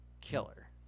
killer